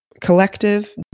collective